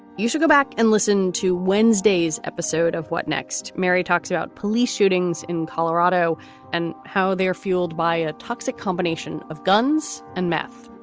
you should go back and listen to wednesdays episode of what next. mary talks about police shootings in colorado and how they are fueled by a toxic combination of guns and meth.